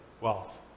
wealth